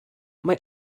mae